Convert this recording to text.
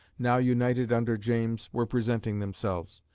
now united under james, were presenting themselves.